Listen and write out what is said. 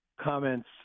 comments